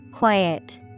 Quiet